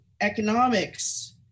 economics